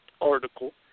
article